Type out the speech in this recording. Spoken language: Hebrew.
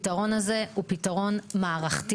הפתרון הזה הוא פתרון מערכתי,